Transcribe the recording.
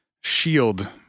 shield